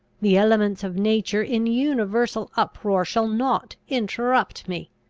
the elements of nature in universal uproar shall not interrupt me!